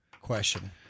question